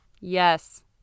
Yes